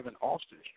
Austin